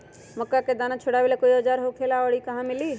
मक्का के दाना छोराबेला कोई औजार होखेला का और इ कहा मिली?